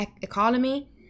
economy